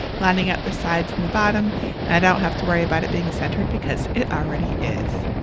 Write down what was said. lining up the sides and the bottom and i don't have to worry about it being centered because it already is.